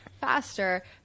faster